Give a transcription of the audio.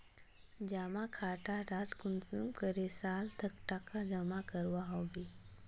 जमा खातात कुंसम करे साल तक टका जमा करवा होबे?